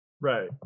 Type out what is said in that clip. Right